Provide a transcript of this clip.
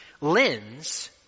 lens